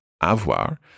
avoir